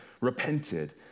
repented